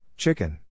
Chicken